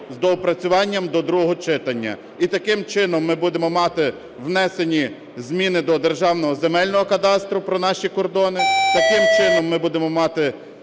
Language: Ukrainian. з доопрацюванням до другого читання. І, таким чином, ми будемо мати внесені зміни до Державного земельного кадастру про наші кордони. Таким чином, ми будемо мати